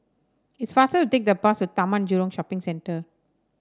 it's faster to take the bus to Taman Jurong Shopping Centre